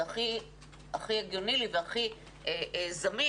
זה הכי הגיוני לי והכי זמין,